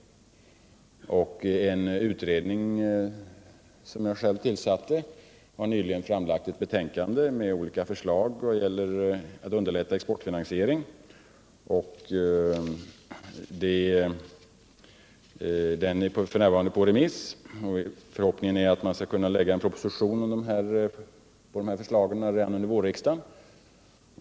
En utredning, som jag själv tillsatte, har nyligen framlagt ett betänkande med olika förslag i syfte att underlätta exportfinansiering, och det betänkandet är f. n. på remiss. Förhoppningen är att man skall kunna lägga fram en proposition på grundval av dessa förslag redan under vårriksdagen.